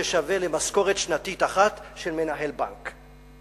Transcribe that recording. ששווה למשכורת שנתית אחת של מנהל בנק.